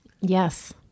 Yes